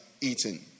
eaten